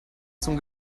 zum